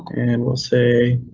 and we'll say